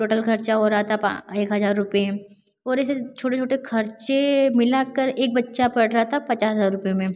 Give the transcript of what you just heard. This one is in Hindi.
टोटल खर्चा हो रहा था पाँ एक हज़ार रूपये और ऐसे छोटे छोटे खर्चे मिलाकर एक बच्चा पड़ रहा था पचास हज़ार रूपये में